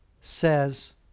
says